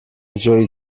جایی